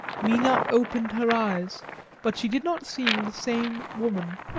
mina opened her eyes but she did not seem the same woman.